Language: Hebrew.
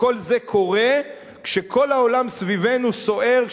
וכל זה קורה כשכל העולם סביבנו סוער,